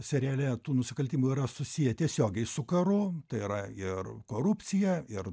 seriale tų nusikaltimų yra susiję tiesiogiai su karu tai yra ir korupcija ir